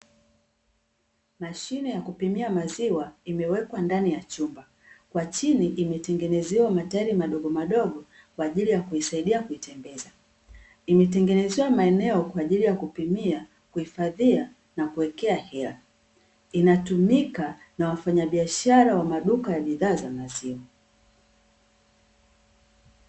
Mashine ya kupimia maziwa imewekwa ndani ya chumba. Kwa chini imetengenezewa matairi madogo madogo kwa ajili ya kuisaidia kuitambaza. Imetengenezewa maeneo kwa ajili ya kupimia, kuihifadhia na kuwekea hela. Inatumika na wafanyabiashara wa maduka ya bidhaa za maziwa.